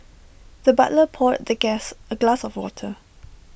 the butler poured the guest A glass of water